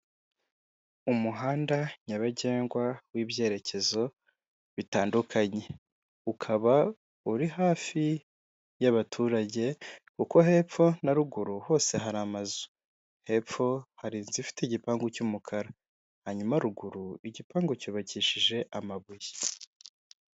Umuhanda nyabagendwa w'ibyerekezo bitandukanye. Ukaba uri hafi y'abaturage kuko hepfo na ruguru, hose hari amazu. Hepfo hari inzu ifite igipangu cy'umukara. Hanyuma ruguru, igipangu cyubakishije amabuye.